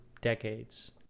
decades